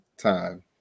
time